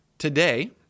Today